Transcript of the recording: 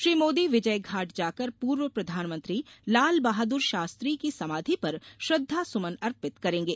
श्री मोदी विजय घाट जाकर पूर्व प्रधानमंत्री लाल बहादुर शास्त्री की की समाधि पर श्रद्वासुमन अर्पित करेंगे